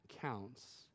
counts